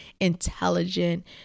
intelligent